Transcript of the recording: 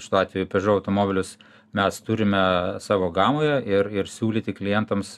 šituo atveju pežo automobilius mes turime savo gamoje ir ir siūlyti klientams